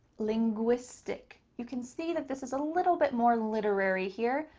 linguistic. you can see that this is a little bit more literary here,